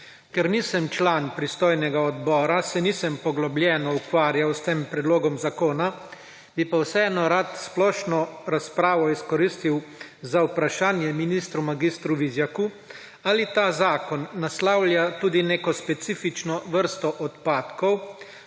Ker nisem član pristojnega odbora, se nisem poglobljeno ukvarjal s tem predlogom zakona, bi pa vseeno rad splošno razpravo izkoristil za vprašanje ministru mag. Vizjaku: Ali ta zakon naslavlja tudi neko specifično vrsto odpadkov,